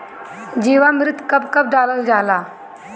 जीवामृत कब कब डालल जाला?